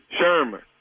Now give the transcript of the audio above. Sherman